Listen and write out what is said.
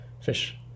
Fish